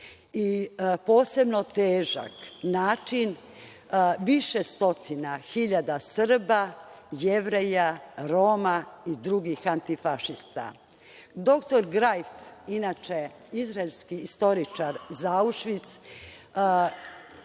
i posebno težak način više stotina hiljada Srba, Jevreja, Roma i drugih antifašista. Doktor Grajf, inače, izraelski istoričar za Aušvic